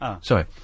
Sorry